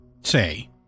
Say